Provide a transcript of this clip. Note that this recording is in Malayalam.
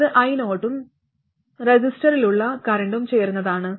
അത് I0 ഉം റസിസ്റ്ററിലുള്ള കറന്റും ചേർന്നതാണ്